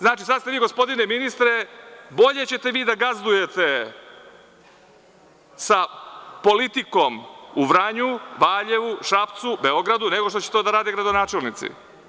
Znači, sada, gospodine ministre, bolje ćete vi da gazdujete sa politikom u Vranju, Valjevu, Šapcu, Beogradu, nego što će to da rade gradonačelnici.